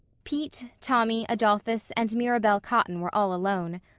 pete, tommy, adolphus, and mirabel cotton were all alone.